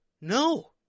No